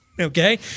okay